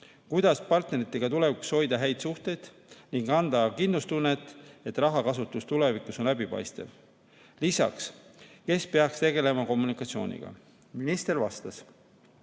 Kuidas partneritega tulevikus hoida häid suhteid ning anda kindlustunnet, et rahakasutus tulevikus on läbipaistev? Lisaks, kes peaks tegelema kommunikatsiooniga? Minister vastas,